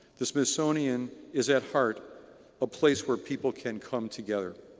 the smithsonian is at heart a place where people can come together.